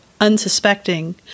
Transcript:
unsuspecting